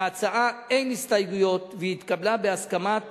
להצעה אין הסתייגויות, והיא התקבלה בהסכמת